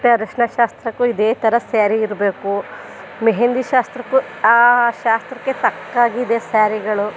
ಮತ್ತೆ ಅರಶಿನ ಶಾಸ್ತ್ರಕ್ಕೂ ಇದೇ ಥರ ಸ್ಯಾರಿ ಇರಬೇಕು ಮೆಹೆಂದಿ ಶಾಸ್ತ್ರಕ್ಕೂ ಆ ಆ ಶಾಸ್ತ್ರಕ್ಕೆ ತಕ್ಕಾಗಿದೆ ಸ್ಯಾರಿಗಳು